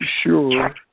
sure